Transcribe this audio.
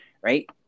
right